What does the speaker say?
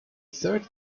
third